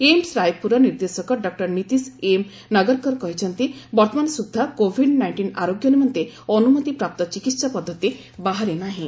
AIIMS ରାୟପୁରର ନିର୍ଦ୍ଦେଶକ doctor Nitish M Nagarkar କହିଛନ୍ତି ବର୍ଭମାନ ସୁଦ୍ଧା କୋଭିଡ ନାଇଷ୍ଟିନ୍ ଆରୋଗ୍ୟ ନିମନ୍ତେ ଅନୁମତିପ୍ରାପ୍ତ ଚିକିତ୍ସା ପଦ୍ଧତି ବାହାରିନାହିଁ